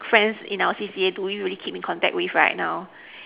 friends in our C_C_A do we really keep in contact with right now